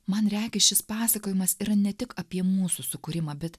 man regis šis pasakojimas yra ne tik apie mūsų sukūrimą bet